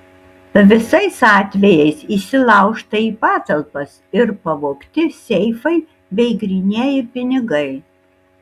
visais atvejais įsilaužta į patalpas ir pavogti seifai bei grynieji pinigai